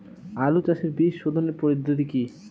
আলু চাষের বীজ সোধনের পদ্ধতি কি?